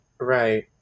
Right